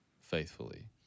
faithfully